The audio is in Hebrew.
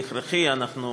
זה הכרחי: אנחנו